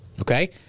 Okay